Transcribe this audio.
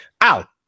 Al